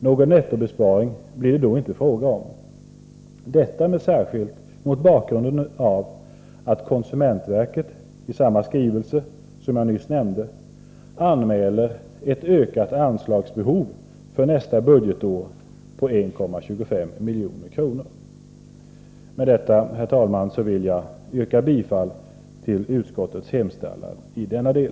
Någon nettobesparing blir det då inte fråga om — detta särskilt mot bakgrunden av att konsumentverket i samma skrivelse som jag nyss nämnde anmäler ett ökat anslagsbehov för nästa budgetår på 1,25 milj.kr. Med detta, herr talman, vill jag yrka bifall till utskottets hemställan i denna del.